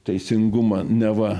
teisingumą neva